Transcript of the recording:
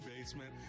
basement